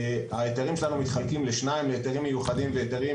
ההיתרים שלנו מתחלקים לשניים: היתרים מיוחדים והיתרים